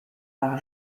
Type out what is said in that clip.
par